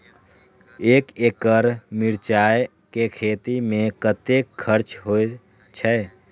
एक एकड़ मिरचाय के खेती में कतेक खर्च होय छै?